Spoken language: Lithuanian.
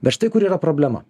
bet štai kur yra problema